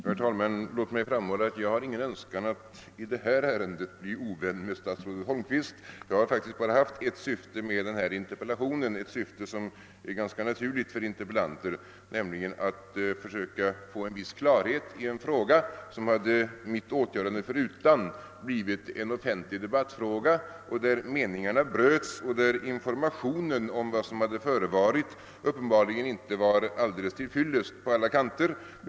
Herr talman! Jag har inte någon önskan att i detta ärende bli ovän med statsrådet Holmqvist, utan jag har faktiskt bara haft ett syfte med min interpellation — ett syfte som är ganska naturligt för interpellanter — nämligen att försöka skapa klarhet i en fråga som, mitt åtgörande förutan, hade blivit en offentlig debattfråga där meningarna bröts och informationen om vad som förevarit uppenbarligen inte var helt till fyllest på alla kanter.